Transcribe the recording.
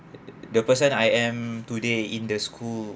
the person I am today in the school